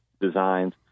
designs